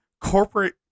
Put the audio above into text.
corporate